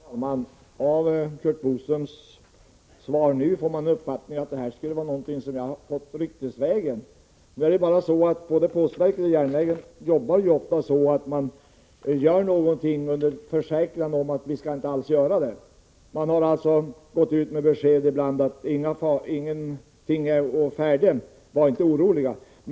Herr talman! Av Curt Boströms anförande nu får man intrycket att det jag sagt skulle vara någonting som jag fått höra ryktesvägen. Både postverket och SJ jobbar ofta så att man gör någonting under försäkran att det inte alls skall göras. Man har alltså ibland gått ut med besked om att ingenting är å färde. Var inte oroliga! brukar det heta.